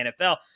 NFL